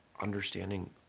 understanding